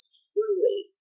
truly